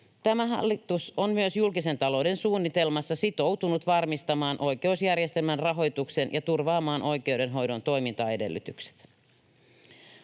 Tämä hallitus on myös julkisen talouden suunnitelmassa sitoutunut varmistamaan oikeusjärjestelmän rahoituksen ja turvaamaan oikeudenhoidon toimintaedellytykset.